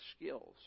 skills